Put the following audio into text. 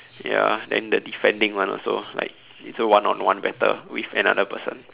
ya then the defending one also like it's a one on one battle with another person